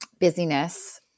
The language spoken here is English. busyness